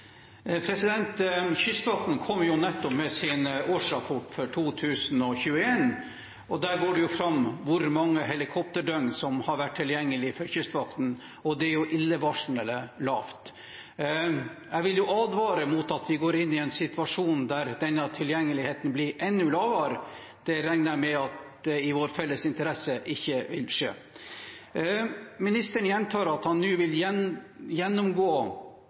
Kystvakten kom nettopp med sin årsrapport for 2021, og der går det fram hvor mange helikopterdøgn som har vært tilgjengelig for Kystvakten, og det er illevarslende lavt. Jeg vil advare mot at vi går inn i en situasjon der denne tilgjengeligheten blir enda lavere. Det regner jeg med er i vår felles interesse ikke vil skje. Ministeren gjentar at han nå vil gjennomgå